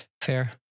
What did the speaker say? Fair